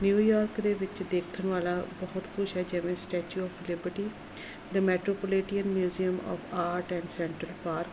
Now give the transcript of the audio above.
New York ਦੇ ਵਿੱਚ ਦੇਖਣ ਵਾਲਾ ਬਹੁਤ ਕੁਛ ਹੈ ਜਿਵੇਂ statue of liberty the metropolitan museum of art and central park